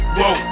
Whoa